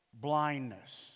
Blindness